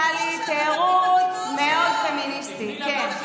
טלי, תירוץ מאוד פמיניסטי, כן.